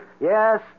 Yes